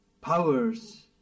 powers